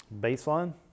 Baseline